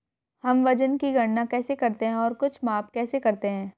हम वजन की गणना कैसे करते हैं और कुछ माप कैसे करते हैं?